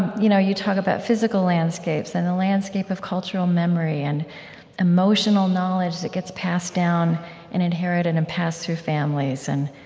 you know you talk about physical landscapes, and the landscape of cultural memory, and emotional knowledge that gets passed down and inherited and and passed through families, and